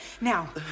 Now